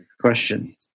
Question